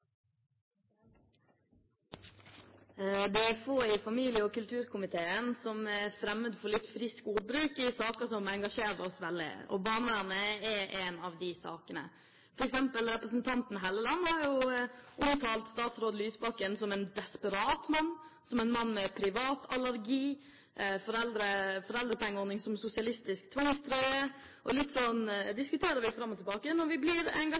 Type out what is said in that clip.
fremmed for litt frisk ordbruk i saker som engasjerer oss veldig. Barnevernet er en av de sakene. For eksempel har representanten Hofstad Helleland omtalt statsråd Lysbakken som en desperat mann, som en mann som har privatallergi, og hun har omtalt foreldrepengeordningen som en sosialistisk tvangstrøye. Og slik diskuterer vi litt fram og tilbake når vi blir